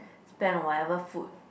spend on whatever food